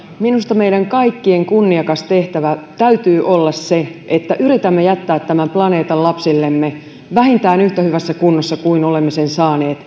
minusta meidän kaikkien kunniakas tehtävä täytyy olla se että yritämme jättää tämän planeetan lapsillemme vähintään yhtä hyvässä ellei paremmassa kunnossa kuin olemme sen saaneet